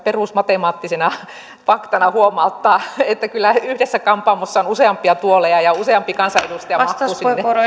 perusmatemaattisena faktana huomauttaa että kyllä yhdessä kampaamossa on useampia tuoleja ja useampi kansanedustaja mahtuu